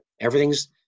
everything's